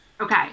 Okay